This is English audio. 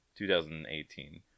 2018